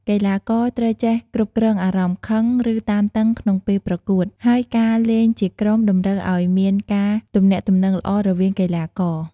កីឡាករត្រូវចេះគ្រប់គ្រងអារម្មណ៍ខឹង ឬតានតឹងក្នុងពេលប្រកួត ហើយការលេងជាក្រុមតម្រូវឲ្យមានការទំនាក់ទំនងល្អរវាងកីឡាករ។